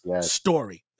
story